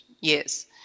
yes